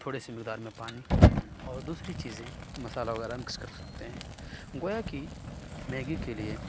تھوڑے سے مقدار میں پانی اور دوسری چیزیں مسالہ وغیرہ مکس کر سکتے ہیں گویا کہ میگی کے لیے